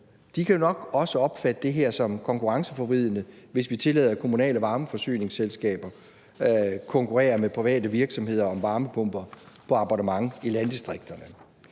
vedtaget, nok også kan opfatte det her som konkurrenceforvridende, hvis vi tillader kommunale varmeforsyningsselskaber at konkurrere med private virksomheder om varmepumper på abonnement i landdistrikterne.